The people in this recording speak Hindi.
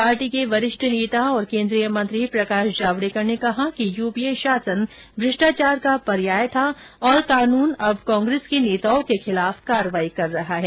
पार्टी के वरिष्ठ नेता और केंद्रीय मंत्री प्रकाश जावड़ेकर ने कहा कि यूपीए शासन भ्रष्टाचार का पर्याय था और कानून अब कांग्रेस के नेताओं के खिलाफ कार्रवाई कर रहा है